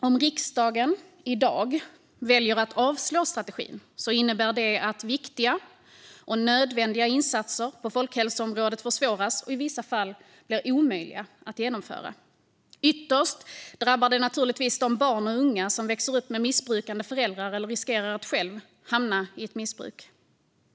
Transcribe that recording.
Om riksdagen i dag väljer att avslå strategin innebär det att viktiga och nödvändiga insatser på folkhälsoområdet försvåras och i vissa fall blir omöjliga att genomföra. Ytterst drabbar det naturligtvis de barn och unga som växer upp med missbrukande föräldrar eller riskerar att själva hamna i ett missbruk.